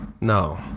No